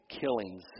killings